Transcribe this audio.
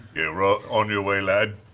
yeah, right, on your way, lad.